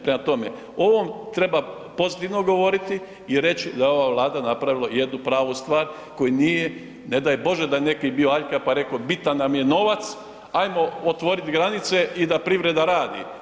Prema tome, o ovom treba pozitivno govoriti i reći da je ova Vlada napravila jednu pravu stvar koju nije, ne daj Bože da je neki bio aljkav, pa je reko bitan nam je novac, ajmo otvorit granice i da privreda radi.